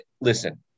Listen